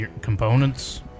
components